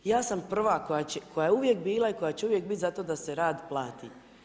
Ja sam prva koja će, koja je uvijek bila i koja će uvijek biti za to da se rad plati.